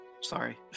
Sorry